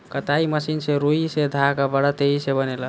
कताई मशीन से रुई से धागा बड़ा तेजी से बनेला